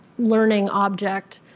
learning object,